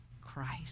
Christ